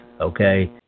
Okay